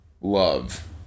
love